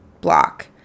block